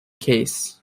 case